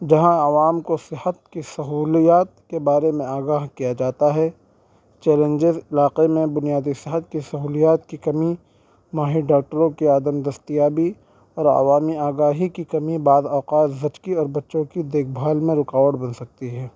جہاں عوام کو صحت کی سہولیات کے بارے میں آگاہ کیا جاتا ہے چیلنجز علاقے میں بنیادی صحت کی سہولیات کی کمی ماہر ڈاکٹروں کی عدم دستیابی اور عوامی آگاہی کی کمی بعض اوقات زچگی اور بچوں کی دیکھ بھال میں رکاوٹ بن سکتی ہے